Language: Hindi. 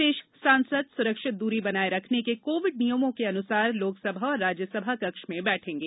शेष सांसद सुरक्षित दूरी बनाये रखने के कोविड नियमों के अनुसार लोकसभा और राज्यसभा कक्ष में बैठेंगे